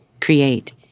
create